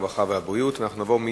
הרווחה והבריאות נתקבלה.